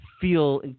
feel